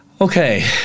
Okay